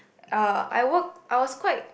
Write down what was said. uh I work I was quite